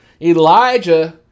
Elijah